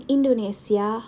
Indonesia